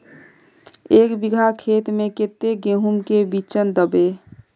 एक बिगहा खेत में कते गेहूम के बिचन दबे?